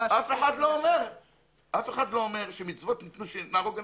אף אחד לא אומר שמצוות ניתנו כדי שנהרוג אנשים.